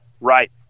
right